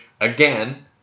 again